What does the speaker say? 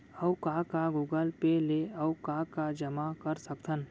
अऊ का का गूगल पे ले अऊ का का जामा कर सकथन?